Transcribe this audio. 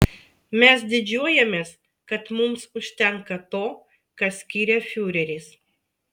mes didžiuojamės kad mums užtenka to ką skiria fiureris